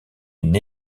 une